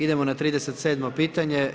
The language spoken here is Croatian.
Idemo na 37 pitanje.